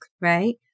right